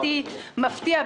אותי זה מפתיע,